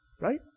right